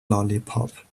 lollipop